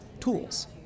tools